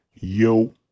Yo